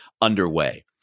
underway